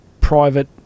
private